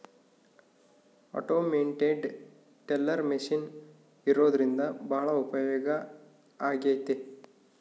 automated teller machine ಇರೋದ್ರಿಂದ ಭಾಳ ಉಪಯೋಗ ಆಗೈತೆ